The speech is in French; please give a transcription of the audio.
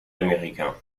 américain